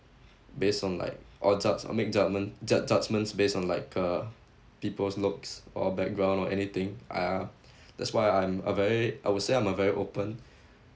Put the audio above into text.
based on like or judge or make judgement ju~ judgements based on like uh people's looks or background or anything uh that's why I'm a very I would say I'm a very open